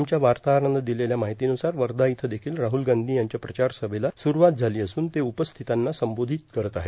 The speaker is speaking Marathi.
आमच्या वार्ताहरानं दिलेल्या माहितीव्रसार वर्धा इथं देखिल राहुल गांधी यांच्या प्रचारसभेला सुरूवात झाली असून ते उपस्थितीतांना संबोधित करीत आहेत